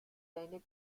seine